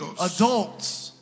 Adults